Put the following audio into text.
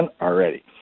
already